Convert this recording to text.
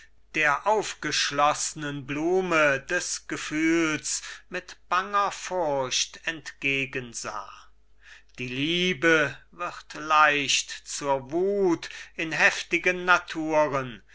der aufgeschloßnen blume des gefühls mit banger furcht entgegen sah die liebe wird leicht zur wuth in heftigen naturen